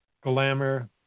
Glamour